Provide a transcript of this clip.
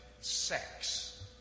sex